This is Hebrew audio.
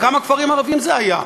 בכמה כפרים ערביים זה היה?